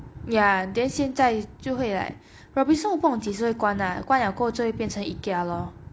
ya then 现在就会 like robinsons 我不懂几时会管啦关了过后就会变成 ikea lor